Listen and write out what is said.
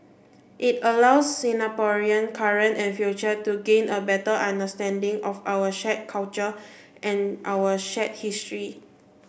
it allows Singaporean current and future to gain a better understanding of our shared culture and our shared history